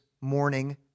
morning